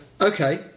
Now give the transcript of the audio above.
Okay